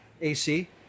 AC